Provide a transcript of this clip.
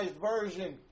version